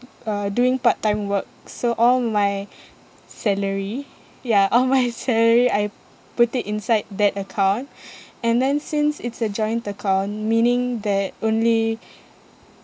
uh doing part time work so all my salary ya all my salary I put it inside that account and then since it's a joint account meaning that only